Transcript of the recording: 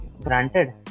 Granted